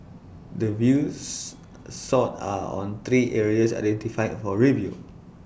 the views sought are on three areas identified for review